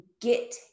get